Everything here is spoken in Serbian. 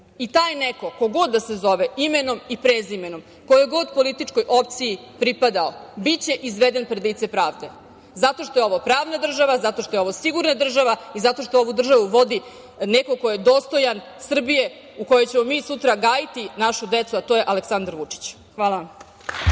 Taj neko ko god da se zove, imenom i prezimenom, kojoj god političkoj opciji pripadao, biće izveden pred lice pravde zato što je ovo pravna država, zato što je ovo sigurna država i zato što ovu državu vodi neko ko je dostojan Srbije u kojoj ćemo mi sutra gajiti našu decu, a to je Aleksandar Vučić. Hvala vam.